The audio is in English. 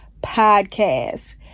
podcast